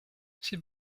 c’est